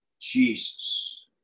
Jesus